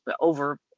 over